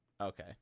Okay